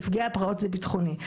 וזה ביטחוני.